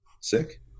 sick